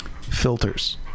Filters